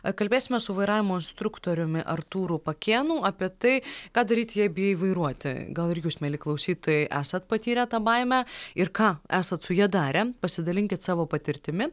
kalbėsime su vairavimo instruktoriumi artūru pakėnu apie tai ką daryt jei bijai vairuoti gal ir jūs mieli klausytojai esat patyrę tą baimę ir ką esat su ja darę pasidalinkit savo patirtimi